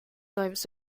lives